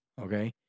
okay